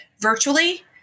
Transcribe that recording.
virtually